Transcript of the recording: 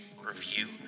review